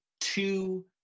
two